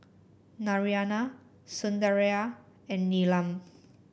Naraina Sundaraiah and Neelam